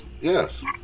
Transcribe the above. Yes